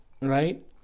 Right